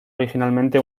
originalmente